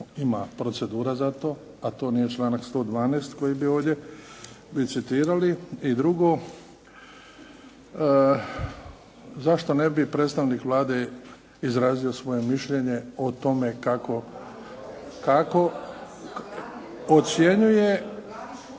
ima procedura za to, a to nije članak 112. koji je bio ovdje, citirali. I drugo, zašto ne bi predstavnik vlade izrazio svoje mišljenje o tome kako ocjenjuje